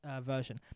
version